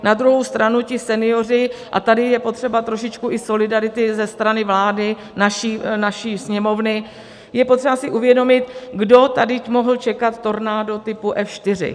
Na druhou stranu ti senioři a tady je potřeba trošičku i solidarity ze strany vlády, naší Sněmovny je potřeba si uvědomit, kdo tady mohl čekat tornádo typu F4?